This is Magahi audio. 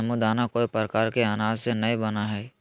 साबूदाना कोय प्रकार के अनाज से नय बनय हइ